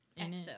EXO